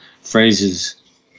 phrases